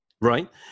Right